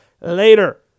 later